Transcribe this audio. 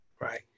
right